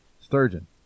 Sturgeon